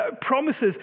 Promises